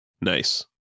Nice